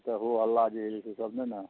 तऽ हो हल्ला जे होइ छै से सब नहि ने